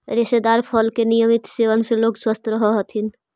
रेशेदार फल के नियमित सेवन से लोग स्वस्थ रहऽ हथी